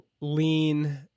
lean